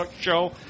Show